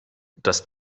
dass